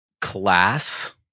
class